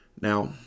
Now